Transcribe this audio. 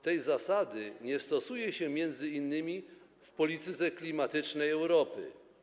Tej zasady nie stosuje się m.in. w polityce klimatycznej Europy.